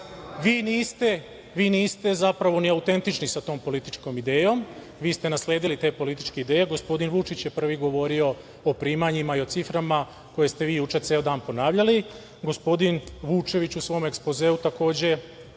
je, vi niste zapravo ni autentični sa tom političkom idejom, vi ste nasledili te političke ideje. Gospodin Vučić je prvi govorio o primanjima i ciframa koje ste vi juče ceo dan ponavljali. Gospodin Vučević u svom ekspozeu takođe